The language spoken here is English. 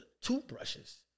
toothbrushes